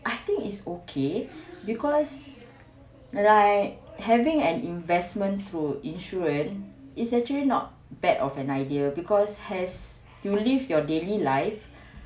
I think is okay because like having an investment through insurance is actually not bad of an idea because has you leave your daily life